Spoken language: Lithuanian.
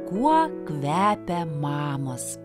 kuo kvepia mamos